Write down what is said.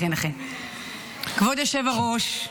כבוד היושב-ראש,